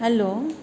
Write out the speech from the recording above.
hello